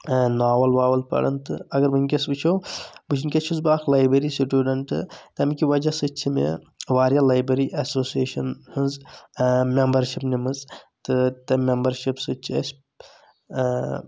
novel واول پران تہٕ اگر وُنکٮ۪س وٕچھو بہٕ چھُس وُنکٮ۪ن چھُس بہٕ اکھ لایبریری سِٹیوٗڈنٹ تمہِ کہ وجہ سۭتۍ چھ مےٚ واریاہ لایبریری اٮ۪سوسِیشن ۂنٛز مٮ۪مبرشِپ نِمٕژ تہٕ تٔمہِ میٚمبرشِپ سۭتۍ چھ اَسہِ